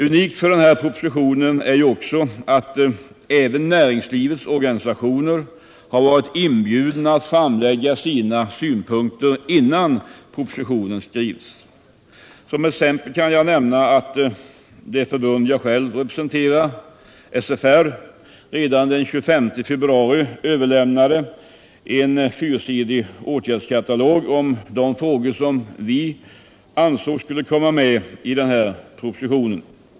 Unikt för denna proposition är också att även näringslivets organisationer har varit inbjudna att framlägga sina synpunkter innan propositionen skrevs. Som exempel kan jag nämna att det förbund som jag företräder, Svenska företagares riksförbund , redan den 25 februari i år överlämnade en fyrsidig åtgärdskatalog om de frågor som vi ansåg skulle komma med i den här propositionen.